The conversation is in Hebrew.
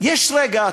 יש רגע,